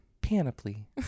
Panoply